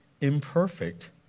imperfect